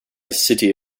city